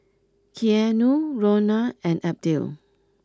Keanu Rhona and Abdiel